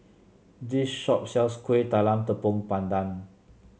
this shop sells Kueh Talam Tepong Pandan